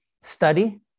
study